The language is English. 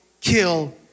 kill